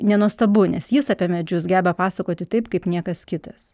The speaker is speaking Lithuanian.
nenuostabu nes jis apie medžius geba pasakoti taip kaip niekas kitas